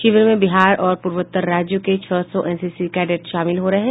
शिविर में बिहार और पूर्वोत्तर राज्यों के छह सौ एनसीसी कैडेट्स शामिल हो रहे हैं